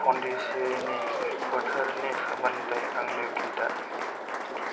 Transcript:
पन्डिचेरिनि बोथोरनि सोमोन्दै आंनो खोन्था